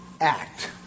act